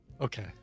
Okay